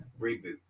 reboot